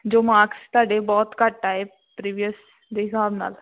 ਜੋ ਮਾਰਕਸ ਤੁਹਾਡੇ ਬਹੁਤ ਘੱਟ ਆਏ ਪ੍ਰੀਵੀਅਸ ਦੇ ਹਿਸਾਬ ਨਾਲ਼